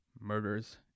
Murders